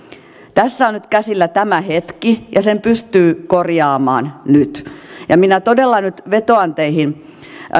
tässä on nyt käsillä tämä hetki ja sen pystyy korjaamaan nyt ja minä todella nyt vetoan teihin